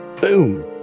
boom